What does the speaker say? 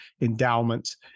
endowments